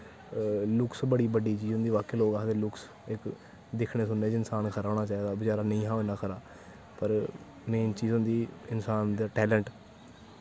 looks बड़ी बड्डी चीज होंदी बाकी लोग आखदे लुक्स इक दिक्खने सुनने दा इंसान खरा होना चाहिदा बचैरा नेईं हा ओह् खरा पर मेंन चीज होंदी इंसान दा टैलेंट